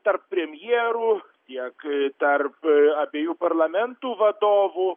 tarp premjerų tiek tarp abiejų parlamentų vadovų